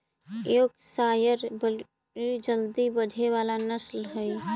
Yorkshire बड़ी जल्दी बढ़े वाला नस्ल हई